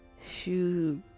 shoot